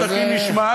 כי את הכי נשמעת,